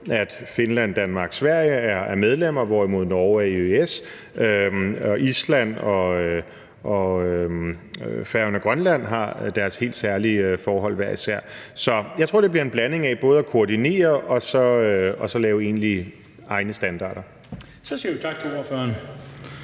at Finland, Danmark og Sverige er medlemmer, hvorimod Norge er EØS, og Island, Færøerne og Grønland har deres helt særlige forhold hver især. Så jeg tror, det bliver en blanding af både at koordinere og at lave egentlige egne standarder. Kl. 17:45 Den fg. formand